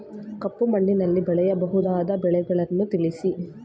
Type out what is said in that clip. ಕಪ್ಪು ಮಣ್ಣಿನಲ್ಲಿ ಬೆಳೆಯಬಹುದಾದ ಬೆಳೆಗಳನ್ನು ತಿಳಿಸಿ?